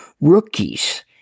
rookies